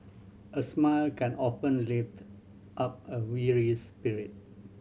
a smile can often lift up a weary spirit